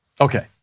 okay